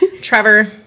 Trevor